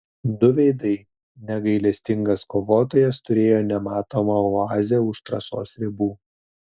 du veidai negailestingas kovotojas turėjo nematomą oazę už trasos ribų